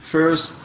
First